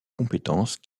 compétences